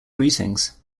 greetings